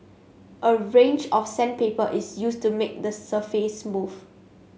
a range of sandpaper is used to make the surface smooth